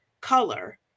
color